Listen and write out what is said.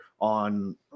on